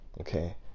Okay